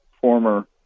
former